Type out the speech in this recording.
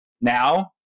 Now